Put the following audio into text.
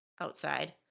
outside